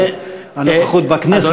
שהנוכחות בכנסת היא לא,